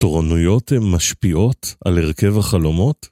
תורנויות הם משפיעות על הרכב החלומות?